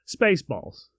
Spaceballs